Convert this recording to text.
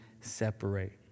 separate